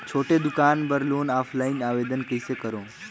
छोटे दुकान बर लोन ऑफलाइन आवेदन कइसे करो?